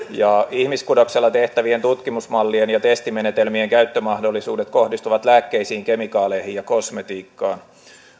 ihmiskudoksella tehtävien tutkimusmallien ja testimenetelmien käyttömahdollisuudet kohdistuvat lääkkeisiin kemikaaleihin ja kosmetiikkaan